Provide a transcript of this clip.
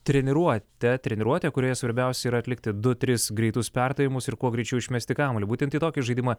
treniruotę treniruotę kurioje svarbiausia yra atlikti du tris greitus perdavimus ir kuo greičiau išmesti kamuolį būtent į tokį žaidimą